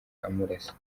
amurasa